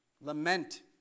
Lament